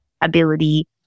ability